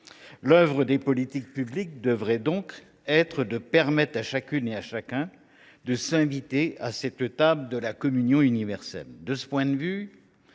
l’œuvre des politiques publiques devrait être de permettre à chacune et à chacun de s’inviter à cette table de la communion universelle. De ce point de vue,